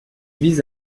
vise